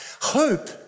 Hope